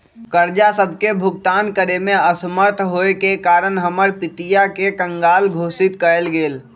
कर्जा सभके भुगतान करेमे असमर्थ होयेके कारण हमर पितिया के कँगाल घोषित कएल गेल